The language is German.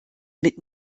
mit